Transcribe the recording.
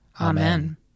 Amen